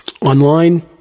online